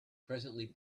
presently